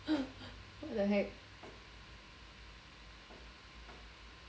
what the heck